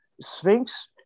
Sphinx